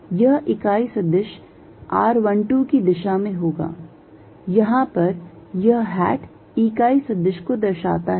यह इकाई सदिश r12 की दिशा में होगा यहां पर यह हैट इकाई सदिश को दर्शाता है